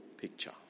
picture